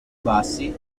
bassi